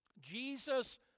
Jesus